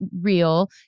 real